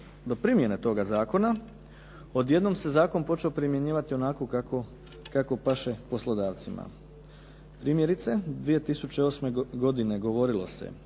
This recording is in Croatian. do primjene toga zakona, odjednom se zakon počeo primjenjivati onako kako paše poslodavcima. Primjerice, 2008. godine govorilo se,